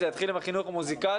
זה התחיל עם החינוך המוזיקלי,